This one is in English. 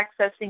Accessing